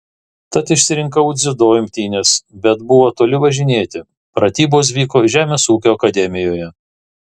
tad išsirinkau dziudo imtynes bet buvo toli važinėti pratybos vyko žemės ūkio akademijoje